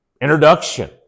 introduction